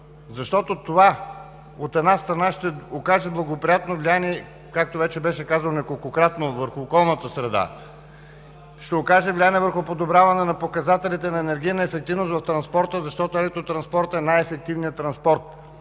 Защото това, от една страна, ще окаже благоприятно влияние, както вече беше казано неколкократно – върху околната среда, ще окаже влияние върху подобряване на показателите на енергийната ефективност в транспорта, защото електротранспортът е най-ефективният транспорт.